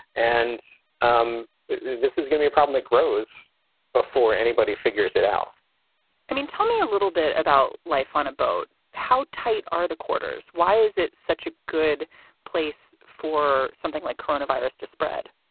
and um this is gonna be a problem that grows before anybody figures it out i mean, tell me a little bit about life on a boat. how tight are the quarters? why is it such a good place for something like corona virus to spread?